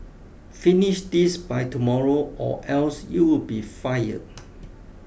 finish this by tomorrow or else you'll be fired